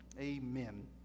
Amen